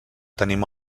tenim